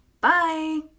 Bye